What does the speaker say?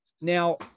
Now